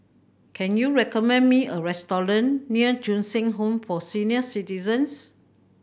can you recommend me a restaurant near Ju Eng Home for Senior Citizens